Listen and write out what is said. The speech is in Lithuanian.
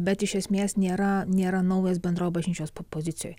bet iš esmės nėra nėra naujas bendro bažnyčios pozicijoj